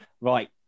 Right